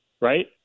Right